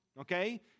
okay